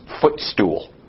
footstool